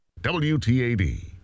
WTAD